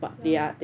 ya